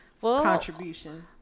contribution